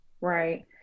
Right